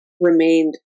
remained